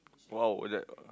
!wow! that